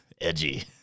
Edgy